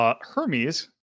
Hermes